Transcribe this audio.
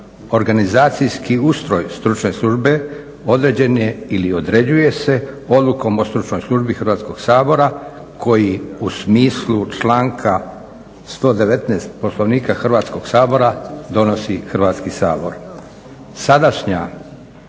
Organizacijski ustroj stručne službe određen ili određuje se odlukom o stručnoj službi Hrvatskog sabora koji u smislu članka 119. Poslovnika Hrvatskog sabora donosi Hrvatski sabor.